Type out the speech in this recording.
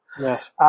Yes